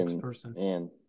Person